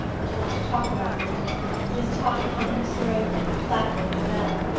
and to want to talk about it but his tongue hung in his throat like a clapper in a bell.